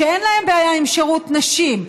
שאין להם בעיה עם שירות נשים.